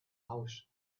house